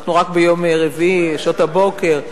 אנחנו רק ביום רביעי בשעות הבוקר.